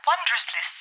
Wondrously